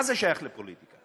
מה זה שייך לפוליטיקה?